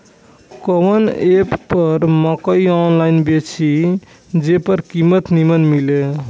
कवन एप पर मकई आनलाइन बेची जे पर कीमत नीमन मिले?